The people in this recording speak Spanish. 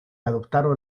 adoptaron